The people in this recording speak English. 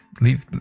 Leave